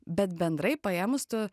bet bendrai paėmus tu